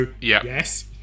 yes